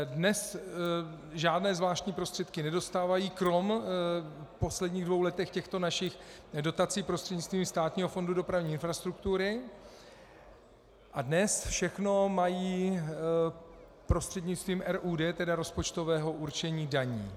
Dnes žádné zvláštní prostředky nedostávají kromě v posledních dvou letech těchto našich dotací prostřednictvím Státního fondu dopravní infrastruktury a dnes mají všechno prostřednictvím RUD, tedy rozpočtového určení daní.